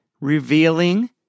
revealing